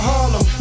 Harlem